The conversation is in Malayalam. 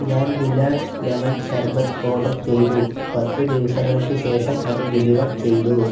ഞാൻ ഗുലാബ്സ് ലെമൺ ഷർബത്ത് ഓർഡർ ചെയ്തു പത്ത് ദിവസങ്ങൾക്ക് ശേഷം അത് ഡെലിവർ ചെയ്തു